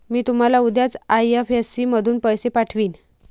मी तुम्हाला उद्याच आई.एफ.एस.सी मधून पैसे पाठवीन